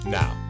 now